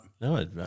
no